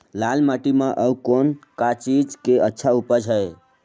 लाल माटी म अउ कौन का चीज के अच्छा उपज है?